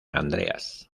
andreas